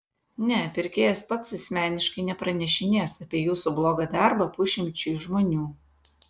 ne pirkėjas pats asmeniškai nepranešinės apie jūsų blogą darbą pusšimčiui žmonių